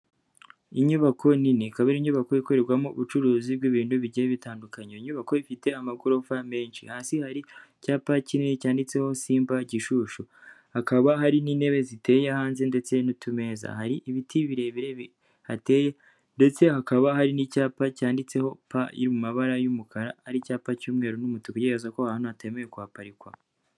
Inyubako nin ikaba ari inyubako ikorerwamo ubucuruzi bw'ibintu bigiye bitandukanye. Iyo nyubako ifite amagorofa menshi. Hasi hari icyapa kinini cyanditseho Simba Gishushu. Hakaba hari n'intebe ziteye hanze, ndetse n'utumeza. Hari ibiti birebire bihateye ndetse hakaba hari n'icyapa cyanditseho P iri mu mabara y'umukara ari icyapa cy'umweru n'umutuku, kigaragaza ko hano hatemewe kuhaparika.